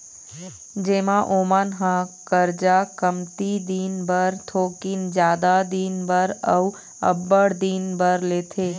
जेमा ओमन ह करजा कमती दिन बर, थोकिन जादा दिन बर, अउ अब्बड़ दिन बर लेथे